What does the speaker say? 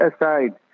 aside